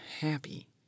happy